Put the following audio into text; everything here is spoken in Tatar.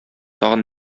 тагын